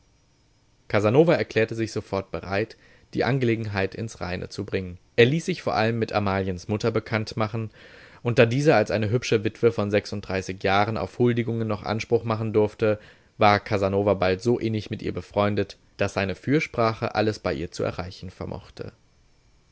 casanova erklärte sich sofort bereit die angelegenheit ins reine zu bringen er ließ sich vor allem mit amaliens mutter bekanntmachen und da diese als eine hübsche witwe von sechsunddreißig jahren auf huldigungen noch anspruch machen durfte war casanova bald so innig mit ihr befreundet daß seine fürsprache alles bei ihr zu erreichen vermochte